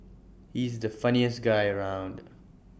he's the funniest guy around